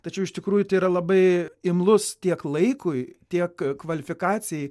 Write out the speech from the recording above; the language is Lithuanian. tačiau iš tikrųjų tai yra labai imlus tiek laikui tiek kvalifikacijai